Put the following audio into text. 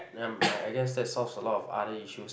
um I I guess that solves alot of other issues